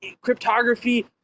cryptography